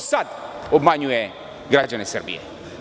Ko sada obmanjuje građane Srbije.